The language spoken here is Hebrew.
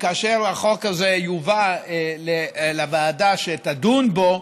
שכאשר החוק הזה יובא לוועדה שתדון בו,